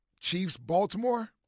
Chiefs-Baltimore